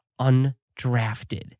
undrafted